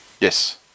Yes